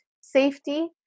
safety